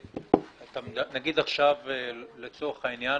עכשיו לצורך העניין,